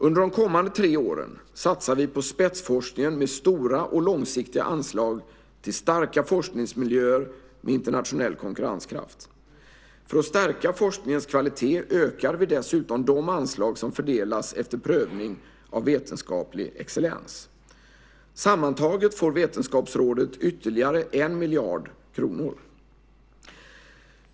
Under de kommande tre åren satsar vi på spetsforskningen med stora och långsiktiga anslag till starka forskningsmiljöer med internationell konkurrenskraft. För att stärka forskningens kvalitet ökar vi dessutom de anslag som fördelas efter prövning av vetenskaplig excellens. Sammantaget får Vetenskapsrådet ytterligare 1 miljard kronor.